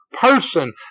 person